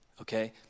Okay